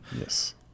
Yes